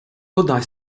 вода